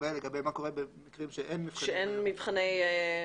ארבל מה קורה במקרים שאין מבחני הערכה.